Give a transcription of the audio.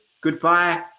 Goodbye